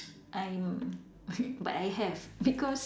I'm but I have because